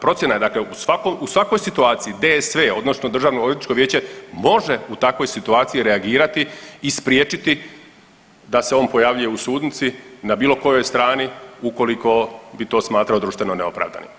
Procjena je u svakoj situaciji DSV odnosno Državnoodvjetničko vijeće može u takvoj situaciji reagirati i spriječiti da se on pojavljuje u sudnici na bilo kojoj strani ukoliko bi to smatrao društveno neopravdanim.